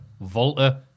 Volta